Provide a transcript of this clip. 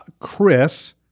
Chris